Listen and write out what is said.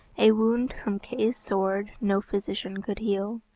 a wound from kay's sword no physician could heal.